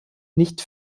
nicht